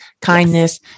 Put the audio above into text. kindness